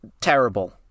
Terrible